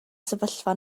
sefyllfa